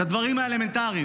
את הדברים האלמנטריים.